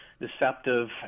deceptive